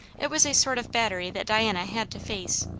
it was a sort of battery that diana had to face,